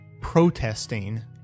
protesting